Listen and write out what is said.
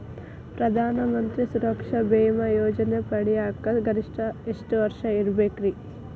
ಪ್ರಧಾನ ಮಂತ್ರಿ ಸುರಕ್ಷಾ ಭೇಮಾ ಯೋಜನೆ ಪಡಿಯಾಕ್ ಗರಿಷ್ಠ ಎಷ್ಟ ವರ್ಷ ಇರ್ಬೇಕ್ರಿ?